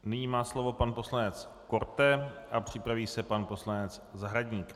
Nyní má slovo pan poslanec Korte a připraví se pan poslanec Zahradník.